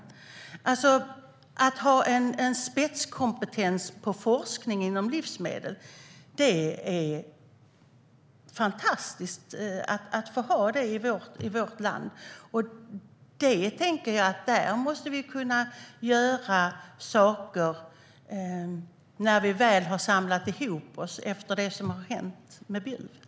Det är fantastiskt att få ha en spetskompetens på forskning inom livsmedel i vårt land. Jag tänker att vi måste kunna göra saker när vi väl har samlat ihop oss efter det som har hänt i Bjuv.